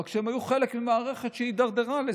רק שהם היו חלק ממערכת שהידרדרה לזה.